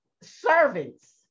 servants